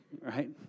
right